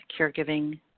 caregiving